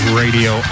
radio